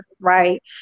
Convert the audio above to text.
Right